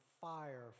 fire